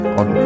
on